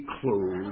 close